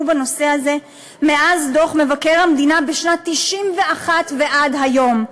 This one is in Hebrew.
בנושא הזה מאז דוח מבקר המדינה בשנת 1991 ועד היום,